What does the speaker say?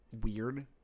weird